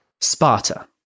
Sparta